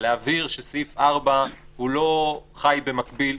להבהיר שסעיף 4 הוא לא חי במקביל,